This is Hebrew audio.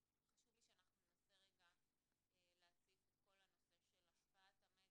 אבל אם הכסף הזה יהיה צבוע,